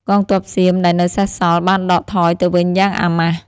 កងទ័ពសៀមដែលនៅសេសសល់បានដកថយទៅវិញយ៉ាងអាម៉ាស់។